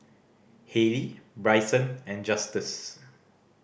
Hailee Bryson and Justus